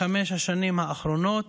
בחמש השנים האחרונות,